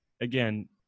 again